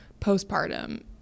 postpartum